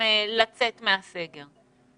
לצאת מהסגר.